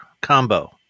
combo